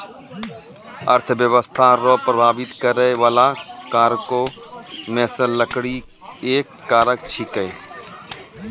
अर्थव्यस्था रो प्रभाबित करै बाला कारको मे से लकड़ी एक कारक छिकै